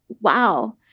Wow